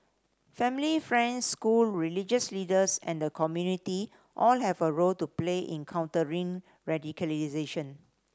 family friends school religious leaders and the community all have a role to play in countering radicalisation